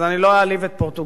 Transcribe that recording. אז אני לא אעליב את פורטוגל,